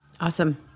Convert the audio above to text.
Awesome